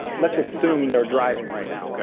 let's assume they're driving right now.